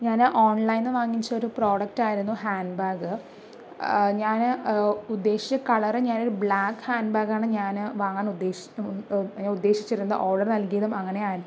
ഞാൻ ഓൺലൈനിൽ നിന്ന് വാങ്ങിച്ചൊരു പ്രോഡക്റ്റായിരുന്നു ഹാൻഡ് ബാഗ് ഞാൻ ഉദ്ദേശിച്ച കളർ ഞാനൊരു ബ്ലാക്ക് ഹാൻഡ്ബാഗാണ് ഞാൻ വാങ്ങാൻ ഉദ്ദേശിച്ച ഉദ്ദേശിച്ചിരുന്ന ഓർഡർ നല്കിയതും അങ്ങനെ ആയിരുന്നു